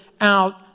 out